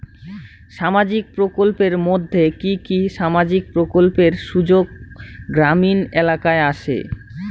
সামাজিক প্রকল্পের মধ্যে কি কি সামাজিক প্রকল্পের সুযোগ গ্রামীণ এলাকায় আসে?